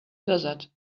desert